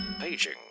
Paging